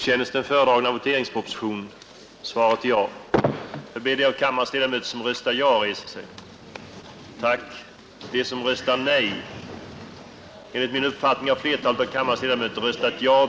Herr talman!